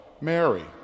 Mary